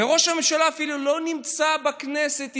וראש הממשלה אפילו לא נמצא בכנסת ישראל.